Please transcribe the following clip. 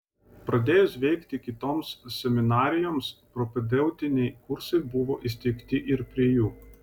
pradėjus veikti kitoms seminarijoms propedeutiniai kursai buvo įsteigti ir prie jų